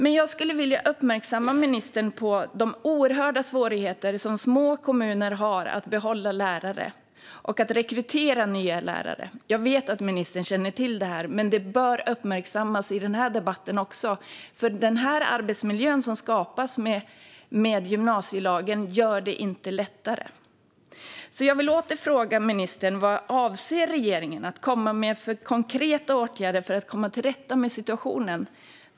Men jag skulle vilja uppmärksamma ministern på de oerhörda svårigheter som små kommuner har att behålla lärare och att rekrytera nya lärare. Jag vet att ministern känner till detta, men det bör uppmärksammas i denna debatt också. Den arbetsmiljö som skapas genom gymnasielagen gör det inte lättare. Jag vill åter fråga ministern vilka konkreta åtgärder som regeringen avser att vidta för att komma till rätta med situationen.